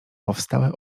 powstałe